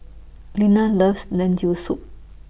Linna loves Lentil Soup